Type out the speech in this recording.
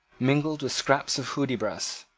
mingled with scraps of hudibras.